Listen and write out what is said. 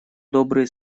добрые